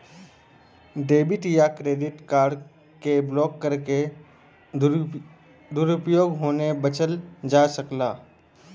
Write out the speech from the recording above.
debit या credit card के block करके दुरूपयोग होये बचल जा सकला